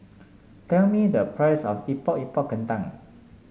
tell me the price of Epok Epok Kentang